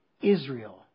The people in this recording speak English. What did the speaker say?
Israel